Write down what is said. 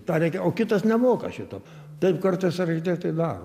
tą reikia o kitas nemoka šito taip kartais architektai daro